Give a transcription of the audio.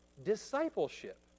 discipleship